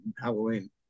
Halloween